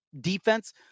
defense